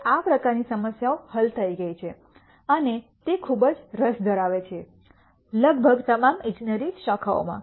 હવે આ પ્રકારની સમસ્યાઓ હલ થઈ ગઈ છે અને તે ખૂબ જ રસ ધરાવે છે લગભગ તમામ ઇજનેરી શાખાઓમાં